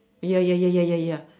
ya ya ya ya ya ya